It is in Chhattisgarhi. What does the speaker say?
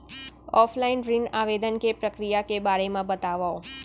ऑफलाइन ऋण आवेदन के प्रक्रिया के बारे म बतावव?